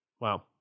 Wow